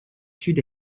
sud